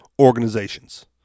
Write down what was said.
organizations